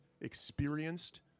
experienced